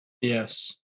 Yes